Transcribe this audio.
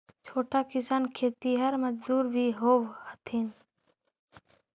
छोटा किसान खेतिहर मजदूर भी होवऽ हथिन